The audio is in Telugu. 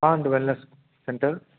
అండి వెల్నెస్ సెంటర్